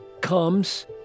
comes